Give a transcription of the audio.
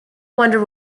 wonder